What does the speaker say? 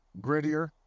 grittier